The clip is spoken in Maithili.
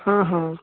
हँ हँ